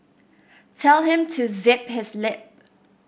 tell him to zip his lip